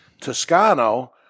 Toscano